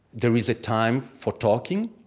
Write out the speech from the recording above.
there is a time for talking,